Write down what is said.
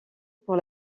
pour